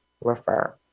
refer